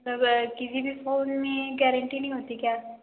किसी भी फ़ोन में गैरेंटी नहीं होती क्या